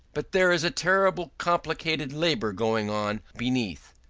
but there is a terribly complicated labour going on beneath,